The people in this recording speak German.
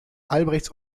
albrechts